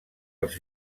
els